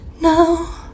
now